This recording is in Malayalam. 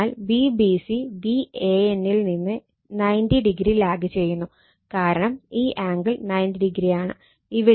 അതിനാൽ Vbc Van ൽ നിന്ന് 90o ലാഗ് ചെയ്യുന്നു കാരണം ഈ ആംഗിൾ 90o ആണ്